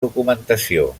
documentació